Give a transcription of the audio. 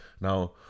Now